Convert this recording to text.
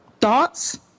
thoughts